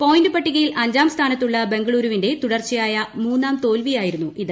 point പട്ടികയിൽ അഞ്ചാം സ്ഥാനത്തുള്ള ബംഗളുരുവിന്റെ തുടർച്ചയായ മൂന്നാം തോൽവിയായിരുന്നു ഇത്